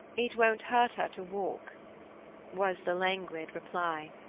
it won't hurt her to walk was the languid reply.